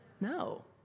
no